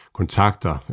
kontakter